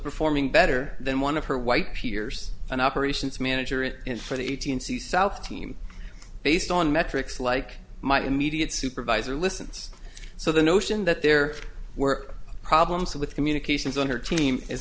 performing better than one of her white peers an operations manager it for the eighteen c south team based on metrics like my immediate supervisor listens so the notion that there were problems with communications on her team is